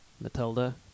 Matilda